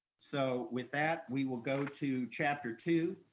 so with that, we will go to chapter two.